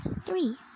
three